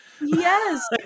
Yes